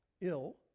ill